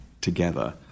together